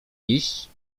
iść